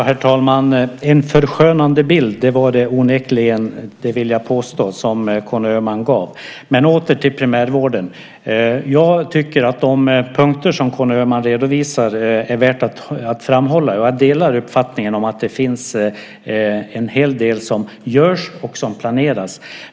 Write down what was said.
Herr talman! En förskönande bild var det onekligen som Conny Öhman gav; det vill jag påstå. Men jag återgår till primärvården. Jag tycker att de punkter som Conny Öhman redovisar är värda att framhålla. Jag delar uppfattningen om att det finns en hel del som görs och som planeras.